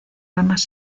ramas